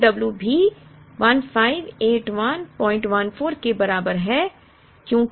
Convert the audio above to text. Q w भी 158114 के बराबर है